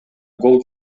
гол